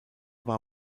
war